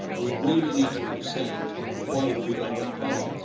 we really need to understand why have we got that problem.